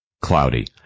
cloudy